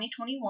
2021